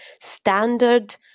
standard